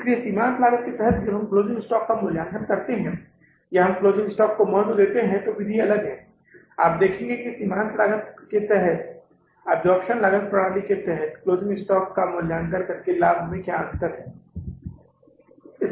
इसलिए सीमांत लागत के तहत जब हम क्लोजिंग स्टॉक का मूल्यांकन करते हैं या हम क्लोजिंग स्टॉक को महत्व देते हैं तो विधि अलग है और आप देखेंगे कि सीमांत लागत प्रणाली के तहत अब्जॉर्प्शन लागत प्रणाली के तहत क्लोजिंग स्टॉक का मूल्यांकन करके लाभ में क्या अंतर है